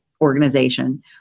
organization